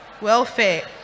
welfare